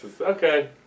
Okay